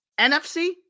NFC